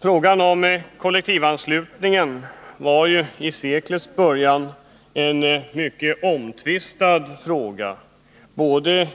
Frågan om kollektivanslutningen var vid seklets början mycket omtvistad inom både